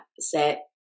set